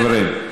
חברים.